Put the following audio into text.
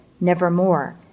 Nevermore